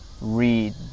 read